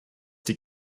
die